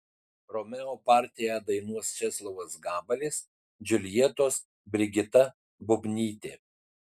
romeo partiją dainuos česlovas gabalis džiuljetos brigita bubnytė